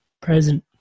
present